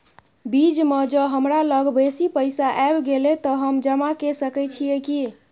बीच म ज हमरा लग बेसी पैसा ऐब गेले त हम जमा के सके छिए की?